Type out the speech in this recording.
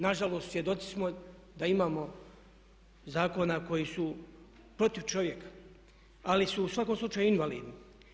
Nažalost, svjedoci smo da imamo zakona koji su protiv čovjeka ali su u svakom slučaju invalidni.